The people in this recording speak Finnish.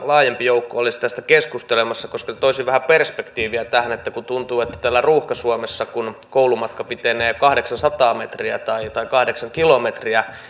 laajempi joukko olisi tästä keskustelemassa koska se toisi vähän perspektiiviä tähän kun tuntuu että kun täällä ruuhka suomessa koulumatka pitenee kahdeksansataa metriä tai kahdeksan kilometriä